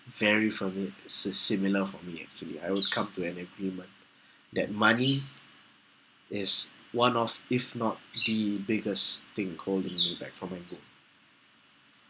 very for me it's a similar for me actually I will come to an agreement that money is one of if not the biggest thing holding me back from my goal